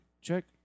check